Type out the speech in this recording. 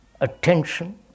attention